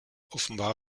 offenbar